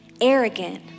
arrogant